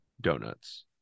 donuts